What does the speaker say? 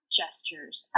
gestures